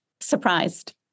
surprised